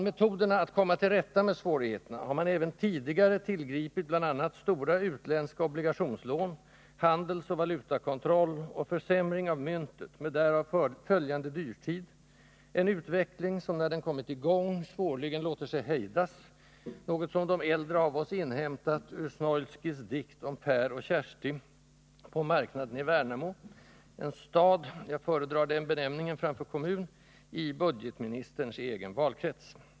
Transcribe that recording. För att komma till rätta med svårigheterna har man även tidigare tillgripit bl.a. stora utländska obligationslån, handelsoch valutakontroll och försämring av myntet med därav följande dyrtid — en utveckling som när den kommit i gång svårligen låter sig hejdas, något som de äldre av oss inhämtat ur Snoilskys dikt om Per och Kersti på marknaden i Värnamo, en stad — jag föredrar den benämningen framför kommun — i budgetministerns egen valkrets.